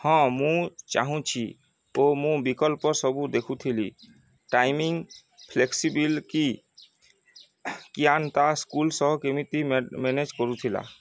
ହଁ ମୁଁ ଚାହୁଁଛି ଓ ମୁଁ ବିକଳ୍ପ ସବୁ ଦେଖୁଥିଲି ଟାଇମିଙ୍ଗ ଫ୍ଲେକ୍ସିବିଲ୍ କି କିଆନ୍ ତା' ସ୍କୁଲ୍ ସହ କେମିତି ମ୍ୟାନେଜ୍ କରୁଥିଲା